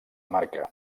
marca